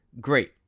great